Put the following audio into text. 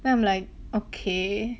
then I'm like okay